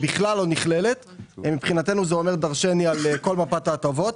בכלל לא נכללת ומבחינתנו זה אומר דרשני על כל מפת ההטבות.